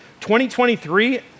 2023